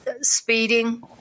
speeding